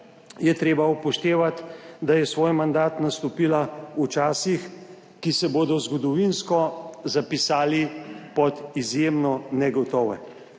je treba upoštevati, da je svoj mandat nastopila v časih, ki se bodo zgodovinsko zapisali pod izjemno negotove: